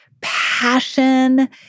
passion